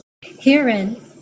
Herein